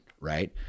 right